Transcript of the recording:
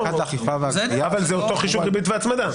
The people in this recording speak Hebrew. זה אותו חישוב ריבית והצמדה.